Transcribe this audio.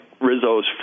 Rizzo's